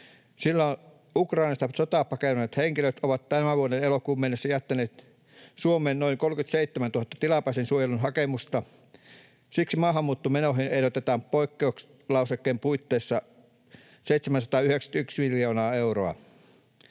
sillä Ukrainasta sotaa pakenevat henkilöt ovat tämän vuoden elokuuhun mennessä jättäneet Suomeen noin 37 000 tilapäisen suojelun hakemusta. Siksi maahanmuuttomenoihin ehdotetaan poikkeuslausekkeen puitteissa 791 miljoonaa euroa.